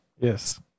Yes